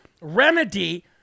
remedy